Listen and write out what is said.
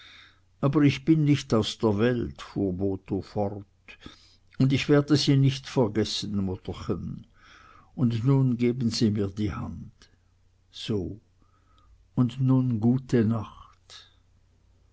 aber ich bin nicht aus der welt fuhr botho fort und ich werde sie nicht vergessen mutterchen und nun geben sie mir die hand so und nun gute nacht